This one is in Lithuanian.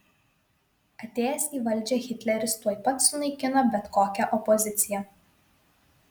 atėjęs į valdžią hitleris tuoj pat sunaikino bet kokią opoziciją